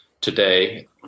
today